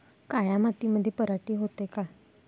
काळ्या मातीमंदी पराटी होते का?